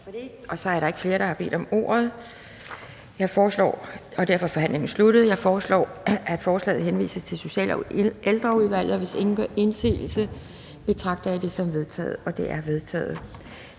om ordet, er forhandlingen sluttet. Jeg foreslår, at forslaget henvises til Social- og Ældreudvalget. Hvis ingen gør indsigelse, betragter jeg det som vedtaget. Det er vedtaget.